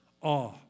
Awe